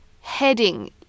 heading